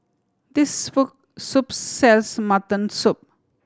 this soup sells mutton soup